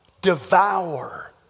devour